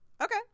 Okay